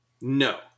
No